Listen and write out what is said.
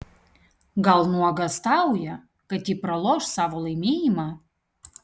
gal nuogąstauja kad ji praloš savo laimėjimą